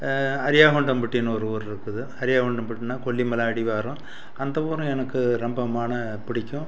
அறியாமைகொட்டாம்பட்டினு ஒரு ஊர் இருக்குது அறியாமைகொட்டாம்பட்டினா கொல்லிமலை அடிவாரம் அந்த ஊரும் எனக்கு ரொம்பமான பிடிக்கும்